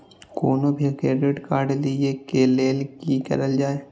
कोनो भी credit card लिए के लेल की करल जाय?